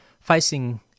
facing